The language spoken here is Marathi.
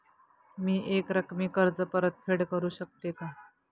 मी एकरकमी कर्ज परतफेड करू शकते का?